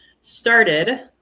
started